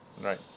Right